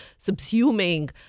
subsuming